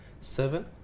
seven